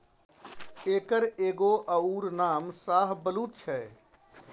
एकर एगो अउर नाम शाहबलुत छै